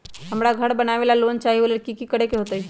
हमरा घर बनाबे ला लोन चाहि ओ लेल की की करे के होतई?